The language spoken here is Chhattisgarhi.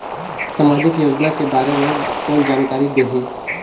समाजिक योजना के बारे मे कोन जानकारी देही?